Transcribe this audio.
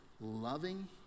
loving